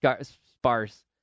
sparse